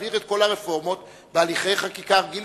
להעביר את כל הרפורמות בהליכי חקיקה רגילים,